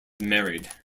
married